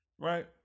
right